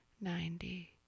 ninety